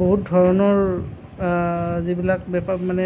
বহুত ধৰণৰ যিবিলাক বেপা মানে